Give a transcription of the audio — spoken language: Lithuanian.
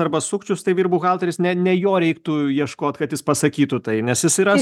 arba sukčius tai vyr buhalteris ne ne jo reiktų ieškot kad jis pasakytų tai nes jis yra